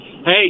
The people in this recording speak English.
Hey